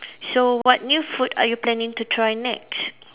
so what new food are you planning to try next